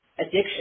addiction